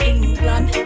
England